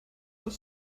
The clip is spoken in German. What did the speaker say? das